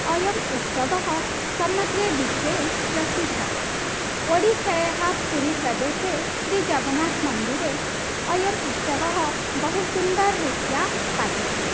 अयम् उत्सवः समग्रे विश्वे प्रसिद्धः ओडिसायाः पुरिप्रदेशे श्रीजगन्नाथमन्दिरे अयम् उत्सवः बहु सुन्दररीत्या पद्यते